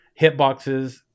Hitboxes